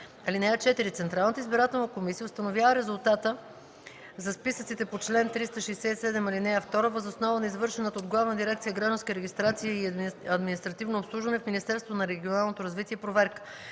(4) Централната избирателна комисия установява резултата за списъците по чл. 367, ал. 2 въз основа на извършената от Главна дирекция „Гражданска регистрация и административно обслужване” в Министерството на регионалното развитие проверка.